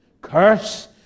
Curse